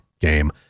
game